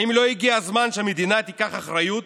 האם לא הגיע הזמן שהמדינה תיקח אחריות